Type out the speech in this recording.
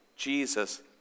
Jesus